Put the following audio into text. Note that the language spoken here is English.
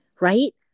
right